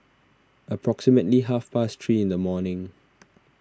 approximately half past three in the morning